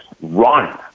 run